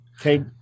Okay